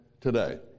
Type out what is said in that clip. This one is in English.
today